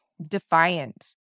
defiant